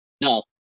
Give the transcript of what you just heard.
No